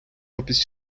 hapis